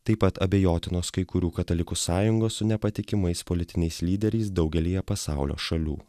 taip pat abejotinos kai kurių katalikų sąjungos su nepatikimais politiniais lyderiais daugelyje pasaulio šalių